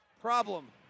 problem